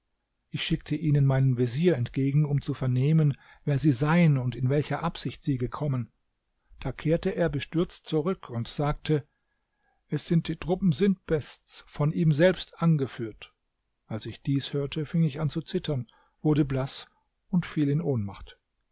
ich schickte ihnen meinen vezier entgegen um zu vernehmen wer sie seien und in welcher absicht sie gekommen da kehrte er bestürzt zurück und sagte es sind truppen sintbests von ihm selbst angeführt als ich dies hörte fing ich an zu zittern wurde blaß und fiel in ohnmacht